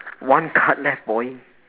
one card left boy